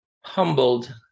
humbled